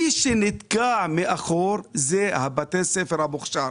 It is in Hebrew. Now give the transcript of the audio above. מי שנתקע מאחור, אלה בתי הספר של המוכשר.